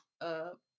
up